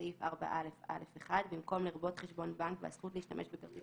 בסעיף 4א(א)(1) במקום "לרבות חשבון בנק והזכות להשתמש בכרטיס